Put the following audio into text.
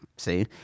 see